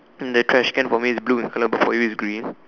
the trash can for me is blue in color but for you is green